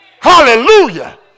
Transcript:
hallelujah